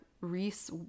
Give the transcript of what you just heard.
Reese